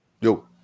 Yo